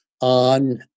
on